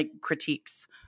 critiques